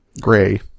gray